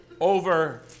over